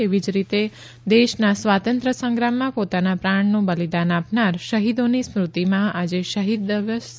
એવી જ રીતે દેશના સ્વાતંત્ર્ય સંગ્રામમાં પોતાના પ્રાણનું બલિદાન આપનાર શહીદોની સ્મૃતિમાં આજે શહીદ દિવસ મનાવાશે